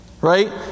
right